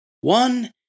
One